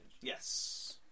Yes